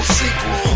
sequel